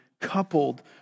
coupled